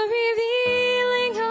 revealing